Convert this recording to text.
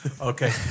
Okay